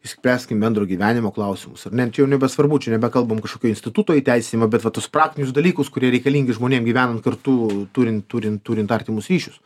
išspręskim bendro gyvenimo klausimus ar ne čia jau nebesvarbu čia nebekalbam kažkokio instituto įteisinimą bet va tuos praktinius dalykus kurie reikalingi žmonėm gyvenant kartu turint turint turint artimus ryšius